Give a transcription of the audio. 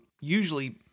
usually